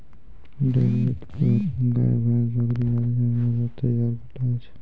dairy उत्पाद गाय, भैंस, बकरी आदि जानवर सें तैयार करलो जाय छै